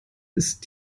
ist